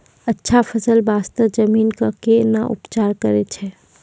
अच्छा फसल बास्ते जमीन कऽ कै ना उपचार करैय छै